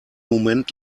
moment